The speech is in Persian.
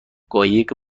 قایق